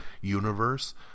Universe